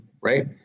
right